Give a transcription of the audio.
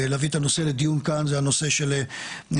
להביא את הנושא לדיון כאן זה הנושא של האגרה